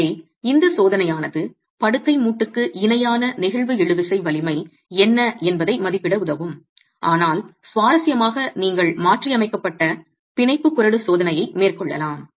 எனவே இந்த சோதனையானது படுக்கை மூட்டுக்கு இணையான நெகிழ்வு இழுவிசை வலிமை என்ன என்பதை மதிப்பிட உதவும் ஆனால் சுவாரஸ்யமாக நீங்கள் மாற்றியமைக்கப்பட்ட பிணைப்பு குறடு திருகு சோதனையை மேற்கொள்ளலாம்